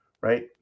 right